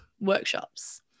workshops